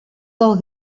del